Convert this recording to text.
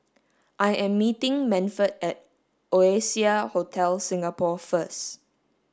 I am meeting Manford at Oasia Hotel Singapore first